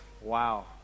Wow